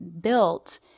built